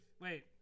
Wait